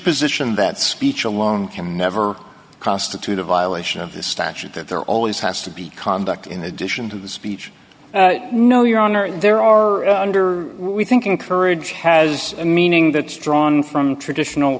position that speech alone can never constitute a violation of the statute that there always has to be conduct in addition to the speech no your honor there are under we think encourage has a meaning that strong from traditional